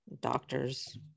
doctors